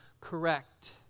Correct